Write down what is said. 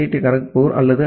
D Kharagpur அல்லது ஐ